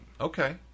Okay